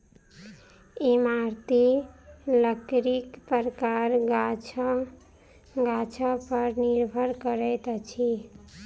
इमारती लकड़ीक प्रकार गाछ गाछ पर निर्भर करैत अछि